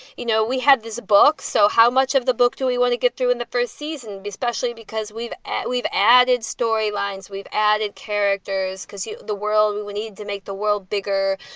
you know, we had this book. so how much of the book do we want to get through in the first season? especially because we've we've added storylines. we've added characters, because the world we we need to make the world bigger.